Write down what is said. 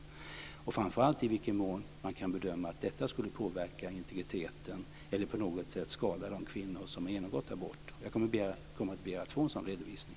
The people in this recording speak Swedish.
Framför allt vill jag få reda på i vilken mån man kan bedöma att detta skulle påverka integriteten eller på något sätt skada de kvinnor som har genomgått abort. Jag kommer att begära att få en sådan redovisning.